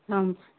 आम्